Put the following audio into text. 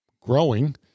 growing